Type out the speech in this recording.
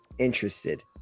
interested